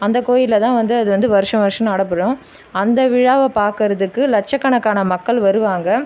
அந்த கோயிலில் தான் வந்து அது வந்து வர்ஷோ வர்ஷோ நடப்பெறும் அந்த விழாவை பார்க்கறதுக்கு லட்சக்கணக்கான மக்கள் வருவாங்க